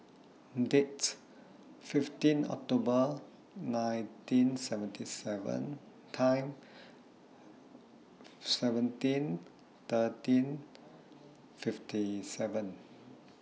Date fifteen October nineteen seventy seven Time seventeen thirteen fifty seven